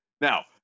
Now